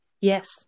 Yes